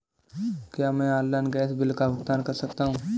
क्या मैं online gas bill का भुगतान कर सकता हूँ?